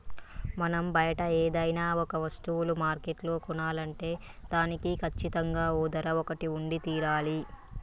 మనం బయట ఏదైనా ఒక వస్తువులు మార్కెట్లో కొనాలంటే దానికి కచ్చితంగా ఓ ధర ఒకటి ఉండి తీరాలి